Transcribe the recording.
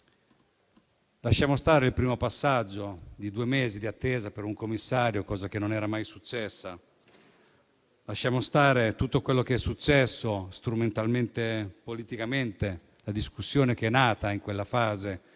Lasciamo stare il primo passaggio di due mesi di attesa per un commissario, cosa che non era mai successa. Lasciamo stare tutto quello che è successo strumentalmente e politicamente, la discussione nata in quella fase.